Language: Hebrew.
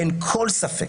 אין כל ספק,